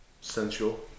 Sensual